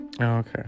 Okay